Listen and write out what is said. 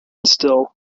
still